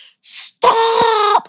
stop